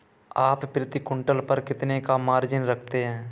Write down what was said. आप प्रति क्विंटल पर कितने का मार्जिन रखते हैं?